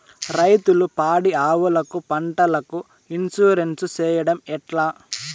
రైతులు పాడి ఆవులకు, పంటలకు, ఇన్సూరెన్సు సేయడం ఎట్లా?